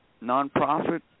non-profit